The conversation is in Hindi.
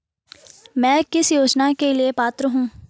मैं किस योजना के लिए पात्र हूँ?